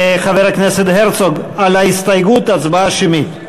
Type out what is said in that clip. חבר הכנסת הרצוג, על ההסתייגות הצבעה שמית.